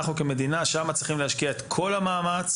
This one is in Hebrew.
אנחנו כמדינה צריכים להשקיע את כל המאמץ